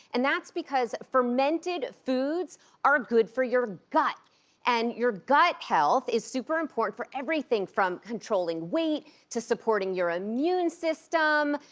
and that's because fermented foods are good for your gut and your gut health is super important for everything, from controlling weight, to supporting your immune system,